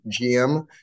GM